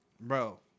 bro